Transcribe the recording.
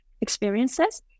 experiences